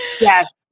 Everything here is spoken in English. Yes